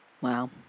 Wow